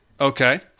Okay